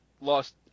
lost